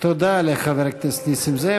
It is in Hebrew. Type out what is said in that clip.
תודה לחבר הכנסת נסים זאב.